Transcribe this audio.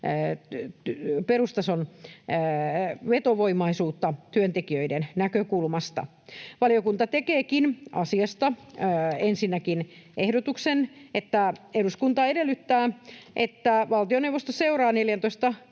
perustason vetovoimaisuutta työntekijöiden näkökulmasta. Valiokunta tekeekin asiasta ensinnäkin ehdotuksen, että eduskunta edellyttää, että valtioneuvosto seuraa 14